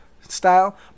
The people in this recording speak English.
style